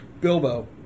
Bilbo